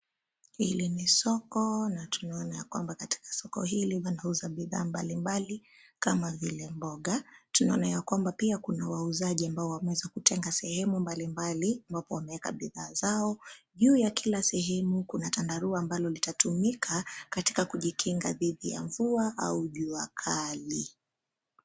Hili ni soko na tunaona ya kwamba katika soko hili wanauza bidhaa mbalimbali kama vile mboga. Tunaona ya kwamba pia kuna wauzaji ambao wameweza kutenga sehemu mbalimbali ambapo wameweka bidhaa zao. Juu ya kila sehemu kuna tandarua ambalo litatumika katika kujikinga dhidi ya mvua au jua kali.